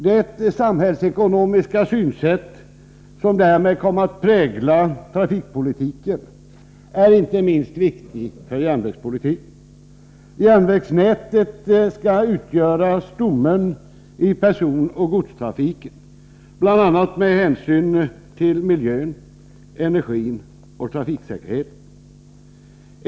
Det samhällsekonomiska synsätt som därmed kommer att prägla trafikpolitiken är inte minst viktigt för järnvägspolitiken. Järnvägsnätet skall utgöra stommen i personoch godstrafiken, bl.a. med hänsyn till miljön, energin och trafiksäkerheten.